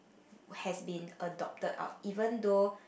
has been adopted out even though